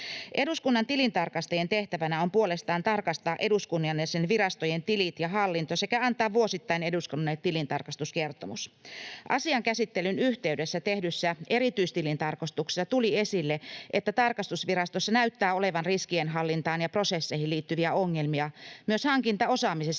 Eduskunnan tilintarkastajien tehtävänä on puolestaan tarkastaa eduskunnan ja sen virastojen tilit ja hallinto sekä antaa vuosittain eduskunnalle tilintarkastuskertomus. Asian käsittelyn yhteydessä tehdyssä erityistilintarkastuksessa tuli esille, että tarkastusvirastossa näyttää olevan riskienhallintaan ja prosesseihin liittyviä ongelmia. Myös hankintaosaamisessa